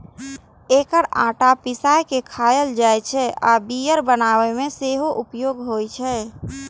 एकर आटा पिसाय के खायल जाइ छै आ बियर बनाबै मे सेहो उपयोग होइ छै